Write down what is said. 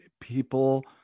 people